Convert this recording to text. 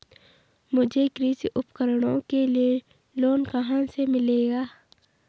मुझे कृषि उपकरणों के लिए लोन कहाँ से मिलेगा?